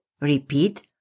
Repeat